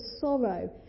sorrow